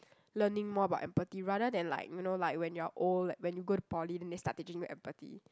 learning more about empathy rather than like you know like when you are old like when you go to poly then they start teaching you empathy